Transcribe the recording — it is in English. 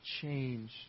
change